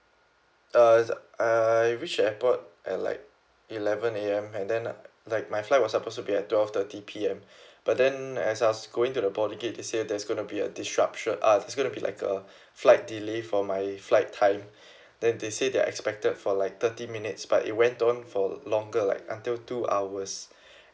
uh I reach the airport at like eleven A_M and then like like my flight was supposed to be at twelve thirty P_M but then as I was going to the boarding gate they say there's gonna be a disruption uh there's gonna be like a flight delay for my flight time then they say they are expected for like thirty minutes but it went on for longer like until two hours